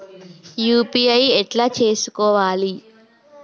UPI ఎట్లా చేసుకోవాలి?